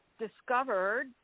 discovered